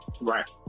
right